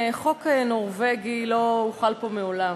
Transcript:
החוק הנורבגי לא הוחל פה מעולם,